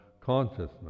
consciousness